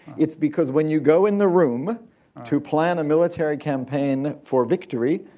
its because when you go in the room to plan a military campaign for victory,